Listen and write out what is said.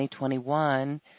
2021